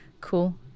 cool